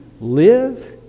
live